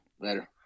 Later